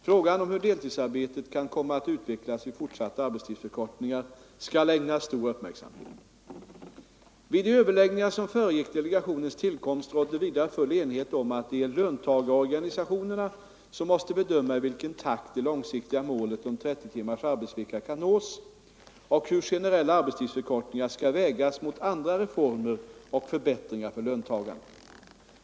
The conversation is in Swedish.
Frågan om hur deltidsarbetet kan komma att utvecklas vid fortsatta arbetstidsförkortningar skall ägnas stor uppmärksamhet. Vid de överläggningar som föregick delegationens tillkomst rådde vidare full enighet om att det är löntagarorganisationerna som måste bedöma i vilken takt det långsiktiga målet om 30 timmars arbetsvecka kan nås och hur generella arbetstidsförkortningar skall vägas mot andra reformer och förbättringar för löntagarna.